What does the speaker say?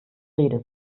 rede